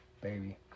baby